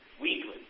weekly